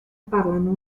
parlano